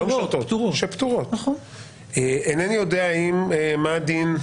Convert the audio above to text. אינני יודע מה הדין,